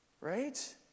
Right